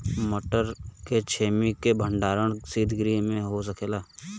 मटर के छेमी के भंडारन सितगृह में हो सकेला?